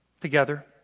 together